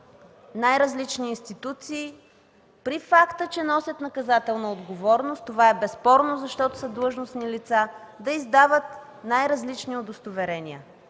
най-различни институции – при факта, че носят наказателна отговорност, това е безспорно, защото са длъжностни лица, да издават най-различни удостоверения.